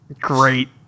Great